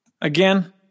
again